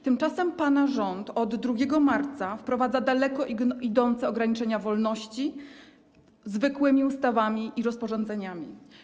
Tymczasem pana rząd od 2 marca wprowadza daleko idące ograniczenia wolności zwykłymi ustawami i rozporządzeniami.